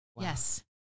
Yes